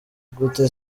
gute